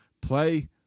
Play